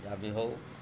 ଯାହା ବି ହେଉ